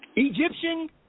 Egyptian